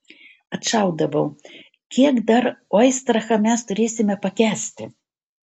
atšaudavau kiek dar oistrachą mes turėsime pakęsti